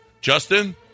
Justin